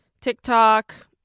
TikTok